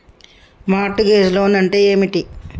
Mart gauge loan అంటే ఏమిటి?